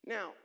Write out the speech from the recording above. Now